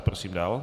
Prosím dál.